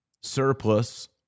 surplus